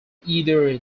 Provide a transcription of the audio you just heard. either